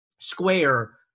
square